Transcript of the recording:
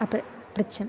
अप्रच्छं पृच्छामि